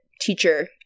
teacher